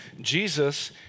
Jesus